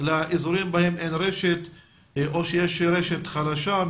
באזורים בהם אין רשת או שיש רשת חלשה,